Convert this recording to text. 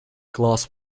glass